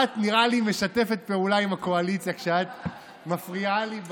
נראה לי שאת משתפת פעולה עם הקואליציה כשאת מפריעה לי,